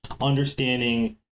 understanding